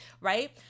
right